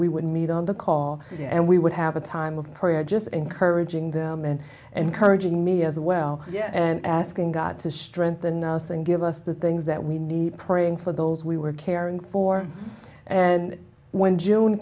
we would meet on the call and we would have a time of prayer just encouraging them and encouraging me as well and asking god to strengthen us and give us the things that we need praying for those we were caring for and when june